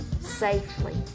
safely